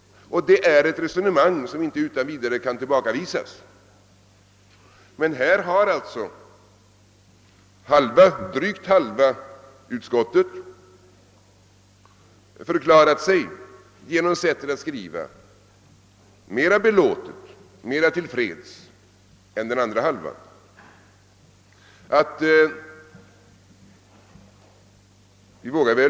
Det är ett resonemang som inte utan vidare kan tillbakavisas, men drygt halva utskottet har genom sättet att skriva förklarat sig mer till freds än den andra halvan av utskottet.